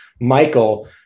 Michael